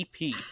ep